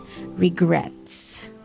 regrets